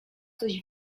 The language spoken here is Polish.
coś